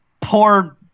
poor